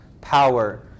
power